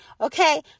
Okay